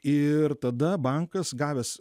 ir tada bankas gavęs